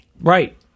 Right